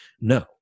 No